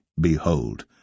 Behold